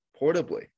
portably